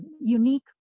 unique